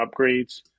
upgrades